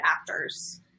actors